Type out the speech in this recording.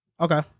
Okay